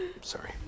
Sorry